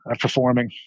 performing